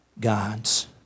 God's